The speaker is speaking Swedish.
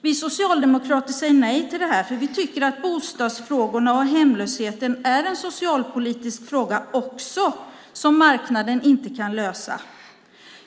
Vi socialdemokrater säger nej till det här, för vi tycker att bostadsfrågorna och hemlösheten är en socialpolitisk fråga också som marknaden inte kan lösa.